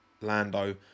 Lando